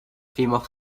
female